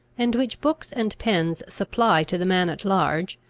and which books and pens supply to the man at large,